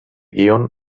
guion